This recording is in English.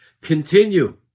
Continue